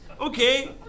Okay